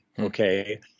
Okay